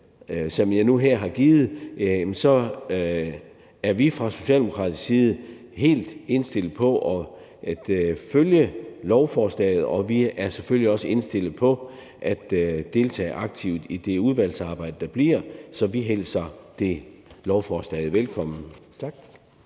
som jeg nu har givet til lovforslaget, er vi fra Socialdemokratiets side helt indstillet på at følge lovforslaget, og vi er selvfølgelig også indstillet på at deltage aktivt i det udvalgsarbejde, der bliver. Så vi hilser lovforslaget velkommen. Tak.